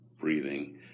breathing